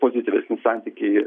pozityvesni santykiai